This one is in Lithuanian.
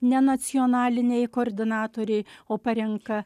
ne nacionaliniai koordinatoriai o parenka